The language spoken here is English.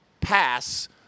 pass